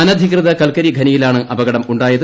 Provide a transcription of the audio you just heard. അനധികൃത കൽക്കരി ഖനിയിലാണ് അപകടം ഉണ്ടായത്